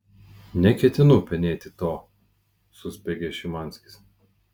neketinu penėti to suspiegė šimanskis